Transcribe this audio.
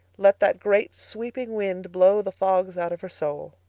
let that great sweeping wind blow the fogs out of her soul.